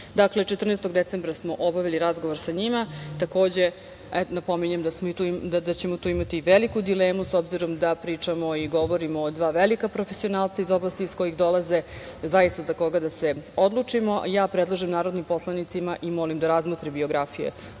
14. decembra smo obavili razgovor sa njima. Takođe, napominjem da ćemo i tu imati veliku dilemu, s obzirom da pričamo i govorimo o dva velika profesionalca iz oblasti iz kojih dolaze, za koga da se odlučimo. Predlažem narodnim poslanicima i molim da razmotre biografije